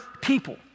people